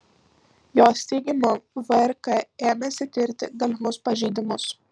jos teigimu vrk ėmėsi tirti galimus pažeidimus